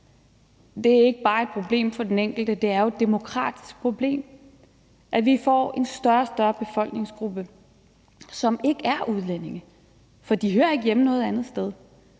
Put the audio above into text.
Det er ikke bare et problem for den enkelte, det er et demokratisk problem, at vi får en større og større befolkningsgruppe, som ikke er udlændinge, for de hører ikke hjemme noget andet sted,